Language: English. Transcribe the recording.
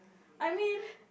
I mean